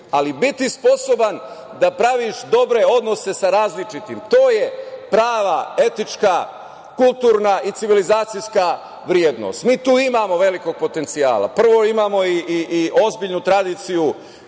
ali biti sposoban da praviš dobre odnose sa različitim, to je prava etička, kulturna i civilizacijska vrednost. Mi tu imamo velikog potencijala. Prvo imamo i ozbiljnu tradiciju